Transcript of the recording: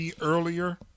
earlier